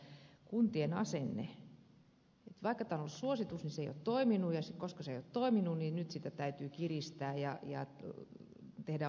vaikka tämä on ollut suositus se ei ole toiminut ja koska se ei ole toiminut niin nyt sitä täytyy kiristää ja tehdä oikein lainsäädäntö